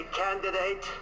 candidate